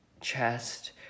chest